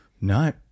No